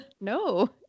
No